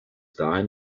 dahin